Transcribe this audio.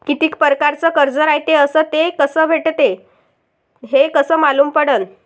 कितीक परकारचं कर्ज रायते अस ते कस भेटते, हे कस मालूम पडनं?